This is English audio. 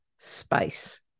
space